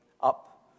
up